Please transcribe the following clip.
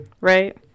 right